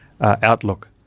outlook